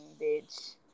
bitch